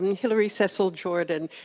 hillary sisel jordan.